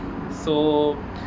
so